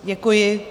Děkuji.